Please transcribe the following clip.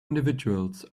individuals